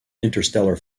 interstellar